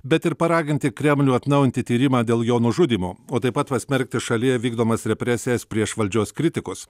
bet ir paraginti kremlių atnaujinti tyrimą dėl jo nužudymo o taip pat pasmerkti šalyje vykdomas represijas prieš valdžios kritikus